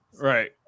Right